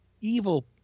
evil